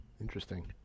Interesting